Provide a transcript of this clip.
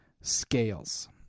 scales